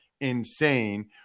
insane